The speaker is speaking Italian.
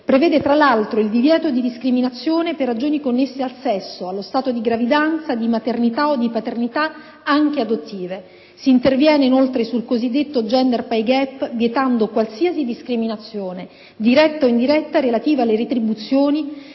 prevede tra l'altro il divieto di discriminazione per ragioni connesse al sesso, allo stato di gravidanza, di maternità o di paternità, anche adottive. Si interviene inoltre sul cosiddetto *gender pay gap*, vietando qualsiasi discriminazione, diretta o indiretta, relativa alle retribuzioni,